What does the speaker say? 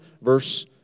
verse